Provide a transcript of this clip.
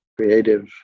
creative